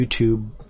YouTube